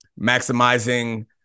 maximizing